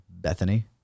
Bethany